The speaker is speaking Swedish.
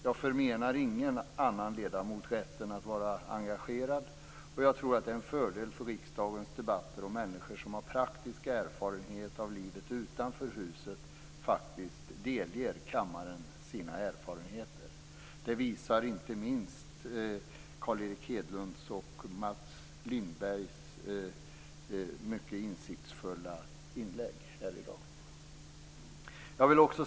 Jag förmenar ingen annan ledamot rätten att vara engagerad. Och jag tror att det är en fördel för riksdagens debatter om människor som har praktisk erfarenhet av livet utanför huset faktiskt delger kammaren sina erfarenheter. Det visar inte minst Carl Erik Hedlunds och Mats Lindbergs mycket insiktsfulla inlägg i dag.